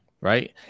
right